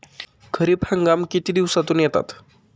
खरीप हंगाम किती दिवसातून येतात?